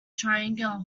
triangular